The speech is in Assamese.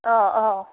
অ অ